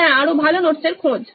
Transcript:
হ্যাঁ আরো ভালো নোটসের খোঁজ